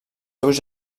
seus